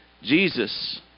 Jesus